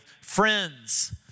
friends